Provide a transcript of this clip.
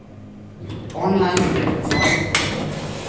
online platform